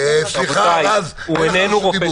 הוא איננו רופא.